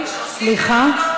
סליחה.